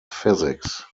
physics